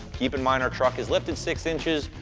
keep in mind, our truck is lifted six inches,